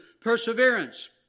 perseverance